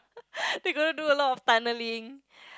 they gonna do a lot of tunneling